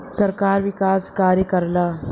सरकार विकास कार्य करला